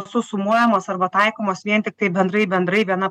sumuojamos arba taikomos vien tiktai bendrai bendrai viena